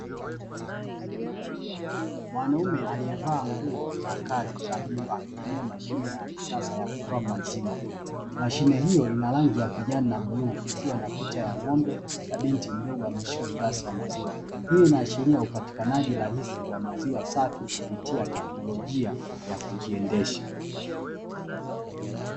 Mwanume aliyevaa nguo za kazi za bluu akitumia mashine ya kisasa ya kutoa maziwa. Mashine hiyo ina rangi ya kijani na bluu, ikiwa na picha ya ng'ombe na binti mdogo ameshika glasi ya maziwa. Hii inaashiria upatikanaji rahisi wa maziwa safi, kupitia teknolojia ya kujiendesha.